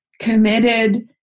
committed